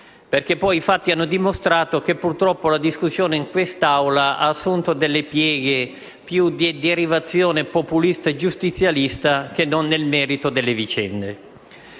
Poi i fatti hanno dimostrato che purtroppo la discussione in quest'Aula ha assunto delle pieghe più di derivazione populista e giustizialista che non nel merito delle vicende.